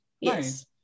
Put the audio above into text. Yes